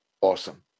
awesome